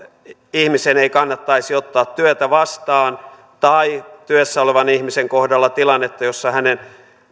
ihmisen ei kannattaisi ottaa työtä vastaan tai työssä olevan ihmisen kohdalla tilannetta jossa hänen